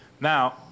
Now